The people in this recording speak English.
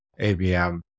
ABM